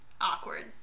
awkward